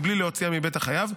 מבלי להוציאם מבית החייב,